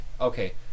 okay